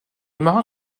marin